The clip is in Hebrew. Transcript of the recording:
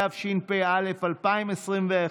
התשפ"א 2021,